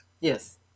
yes